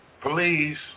please